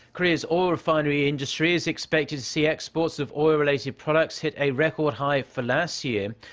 korea's oil refinery industry is expected to see exports of oil-related products hit a record high for last year,